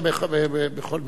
זה בכל מקרה.